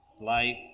life